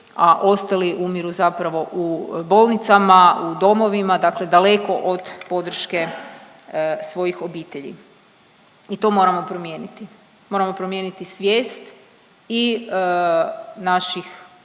ostali umiru zapravo u bolnicama, u domovima, dakle daleko od podrške svojih obitelji i to moramo promijeniti. Moramo promijeniti svijest i naših članova